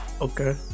Okay